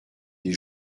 des